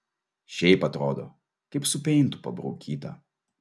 šiaip atrodo kaip su peintu pabraukyta